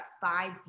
five